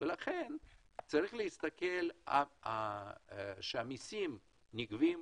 לכן צריך להסתכל שהמסים נגבים.